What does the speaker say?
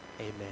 Amen